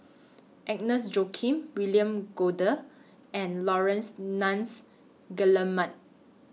Agnes Joaquim William Goode and Laurence Nunns Guillemard